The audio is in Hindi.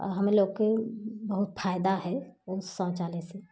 अह हम ही लोग के बहुत फायदा है उस शौचालय से